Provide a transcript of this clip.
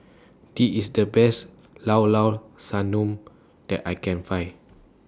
This IS The Best Llao Llao Sanum that I Can Find